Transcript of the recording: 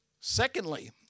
Secondly